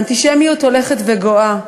האנטישמיות הולכת וגואה,